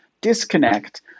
disconnect